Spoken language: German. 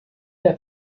der